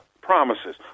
promises